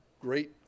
Great